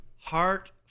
heart